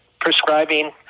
prescribing